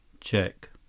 Check